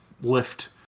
lift